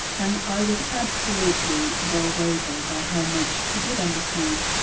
and i was absolutely bowled over by how much she did understand.